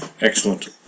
Excellent